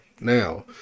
now